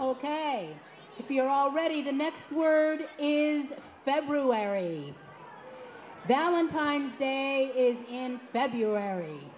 ok if you're already the next word is february valentine's day is in february